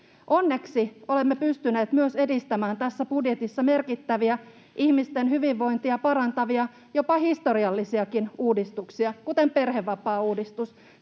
budjetissa pystyneet myös edistämään merkittäviä ihmisten hyvinvointia parantavia, jopa historiallisiakin uudistuksia, kuten perhevapaauudistus